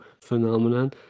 phenomenon